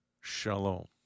shalom